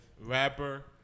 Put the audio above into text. rapper